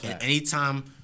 anytime